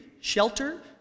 shelter